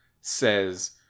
says